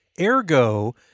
Ergo